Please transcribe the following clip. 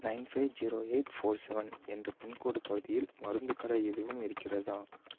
nine five zero eight four seven என்ற pin code பகுதியில் மருந்துக் கடை எதுவும் இருக்கிறதா